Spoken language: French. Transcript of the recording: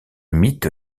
mythe